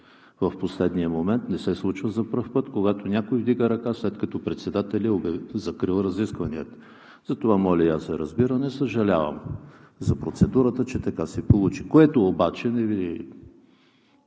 последния момент. Не се случва за първи път, когато някой вдига ръка, след като председателят закрива разискванията. Затова и аз моля за разбиране. Съжалявам за процедурата, че така се получи, което обаче не